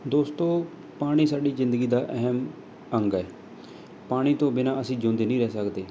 ਦੋਸਤੋ ਪਾਣੀ ਸਾਡੀ ਜ਼ਿੰਦਗੀ ਦਾ ਅਹਿਮ ਅੰਗ ਹੈ ਪਾਣੀ ਤੋਂ ਬਿਨਾਂ ਅਸੀਂ ਜਿਉਂਦੇ ਨਹੀਂ ਰਹਿ ਸਕਦੇ